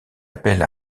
appel